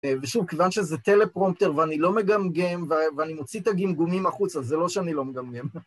ושוב, כיוון שזה טלפרומפטר ואני לא מגמגם ואני מוציא את הגימגומים החוצה, זה לא שאני לא מגמגם.